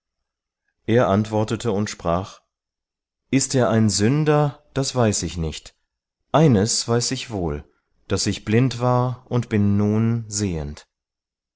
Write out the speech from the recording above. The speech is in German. er antwortete und sprach ist er ein sünder das weiß ich nicht eines weiß ich wohl daß ich blind war und bin nun sehend